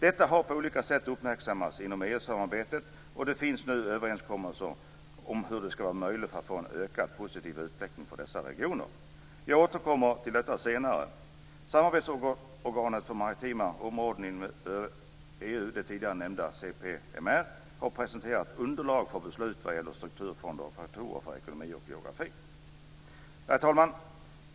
Detta har på olika sätt uppmärksammats inom EU samarbetet, och det finns nu överenskommelser om hur det skall vara möjligt att få en ökad positiv utveckling för dessa regioner. Jag återkommer till detta senare. EU, det tidigare nämnda CPMR, har presenterat underlag för beslut vad gäller strukturfonder och faktorer för ekonomi och geografi. Herr talman!